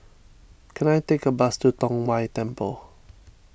can I take a bus to Tong Whye Temple